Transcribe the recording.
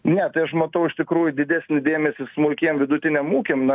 ne tai aš matau iš tikrųjų didesnį dėmesį smulkiem vidutiniam ūkiam